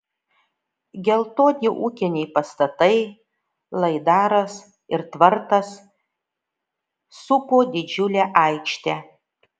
geltoni ūkiniai pastatai laidaras ir tvartas supo didžiulę aikštę